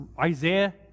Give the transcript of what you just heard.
Isaiah